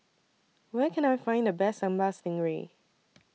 Where Can I Find The Best Sambal Stingray